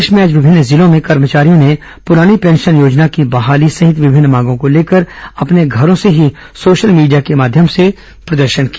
प्रदेश में आज विभिन्न जिलों में कर्मचारियों ने पुरानी पेंशन योजना की बहाली सहित विभिन्न मांगों को लेकर अपने घरों से ही सोशल मीडिया के माध्यम से प्रदर्शन किया